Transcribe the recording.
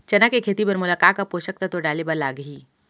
चना के खेती बर मोला का का पोसक तत्व डाले बर लागही?